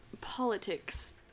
politics